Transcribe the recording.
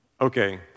Okay